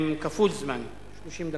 עם כפול זמן, 30 דקות.